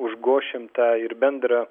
užgošim tą ir bendrą